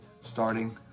starting